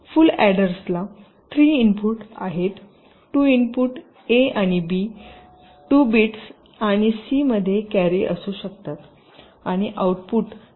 फुल adders ला 3 input आहेत 2 input A आणि बी 2 बिट्स आणि सी मध्ये कॅरी असू शकतात आणि आउटपुट सम आणि कॅरी असतात